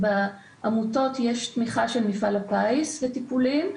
בעמותות יש תמיכה של מפעל הפיס לטיפולים,